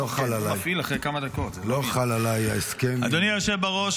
אדוני היושב בראש,